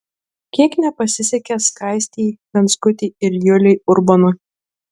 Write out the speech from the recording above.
kiek nepasisekė skaistei venckutei ir juliui urbonui